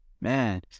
Man